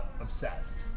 obsessed